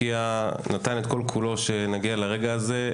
ונתן את כל כולו שנגיע לרגע הזה.